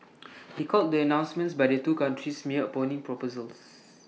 he called the announcements by the two countries mere opening proposals